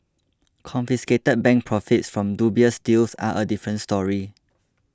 confiscated bank profits from dubious deals are a different story